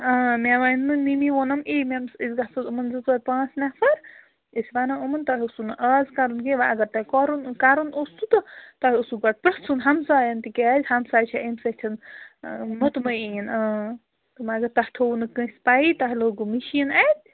مےٚ وَنۍ نہٕ مِمی ووٚنُم ای مےٚ أسۍ گژھو یِمَن زٕ ژور پانٛژھ نَفَر أسۍ وَنو یِمَن تۄہہِ اوسو نہٕ آز کَرُن کیٚنٛہہ وٕنۍ اگر تۄہہِ کرُن کَرُن اوسو تہٕ تۄہہِ اوسو گۄڈٕ پرٛژھُن ہمسایَن تِکیٛازِ ہمساے چھے اَمہِ سۭتۍ مُطمَعیِن اۭں تہٕ مگر تَۄہہِ تھوٚو نہٕ کٲنٛسہِ پَیی تۄہہِ لوٚگو مِشیٖن اَتہِ